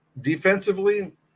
defensively